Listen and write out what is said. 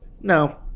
No